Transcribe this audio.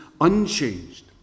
unchanged